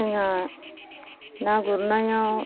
जोङो ना गुरनायाव